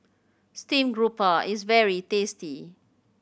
stream grouper is very tasty